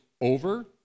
over